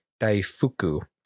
daifuku